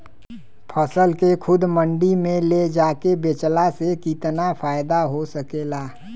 फसल के खुद मंडी में ले जाके बेचला से कितना फायदा हो सकेला?